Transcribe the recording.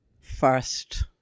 first